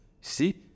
See